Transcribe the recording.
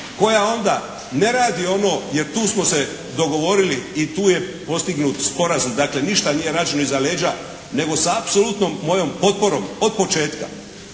koja onda ne radi ono, jer tu smo se dogovorili i tu je postignut sporazum, dakle ništa nije rađeno iza leđa nego sa apsolutnom mojom potporom od početka.